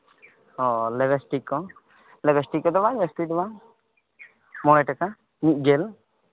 ᱦᱳᱭ ᱞᱤᱯᱤᱥᱴᱤᱠ ᱠᱚ ᱞᱤᱯᱤᱥᱴᱤᱠ ᱠᱚᱫᱚ ᱵᱟᱝ ᱡᱟᱹᱥᱛᱤ ᱵᱟᱝ ᱢᱚᱬᱮ ᱴᱟᱠᱟ ᱢᱤᱫ ᱜᱮᱞ